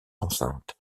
enceinte